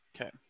Okay